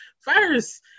first